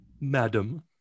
Madam